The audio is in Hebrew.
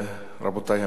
רבותי המציעים,